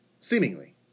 Seemingly